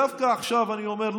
דווקא עכשיו אני אומר,